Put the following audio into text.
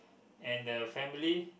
and the family